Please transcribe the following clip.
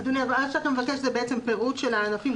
אתה מבקש פירוט של הענפים,